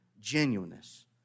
genuineness